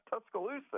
Tuscaloosa